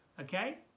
Okay